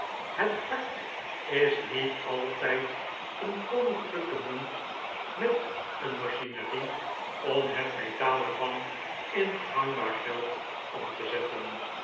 het hart is niet altijd een koninklijke munt met een machinerie om het metaal er van in gangbaar geld om te zetten